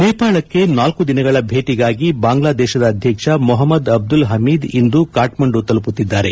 ನೇಪಾಳಕ್ಕೆ ಳ ದಿನಗಳ ಭೇಟಿಗಾಗಿ ಬಾಂಗ್ಲಾದೇಶ ಅಧ್ಯಕ್ಷ ಮೊಹಮ್ಮದ್ ಅಬ್ದುಲ್ ಹಮೀದ್ ಇಂದು ಕಕಟ್ಮಂದು ತಲುಪುತ್ತಿದ್ದಾರೆ